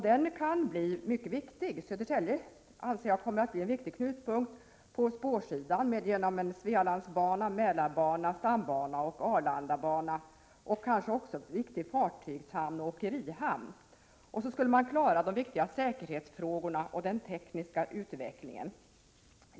Den kan bli mycket viktig: Jag anser att Södertälje kommer att bli en mycket viktig knutpunkt på spårsidan genom en Svealandsbana, Mälarbana, stambana och Arlandabana och kanske också en viktig fartygshamn och åkerihamn. Vidare skulle man klara de viktiga säkerhetsfrågorna och den tekniska utvecklingen.